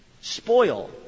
spoil